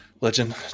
Legend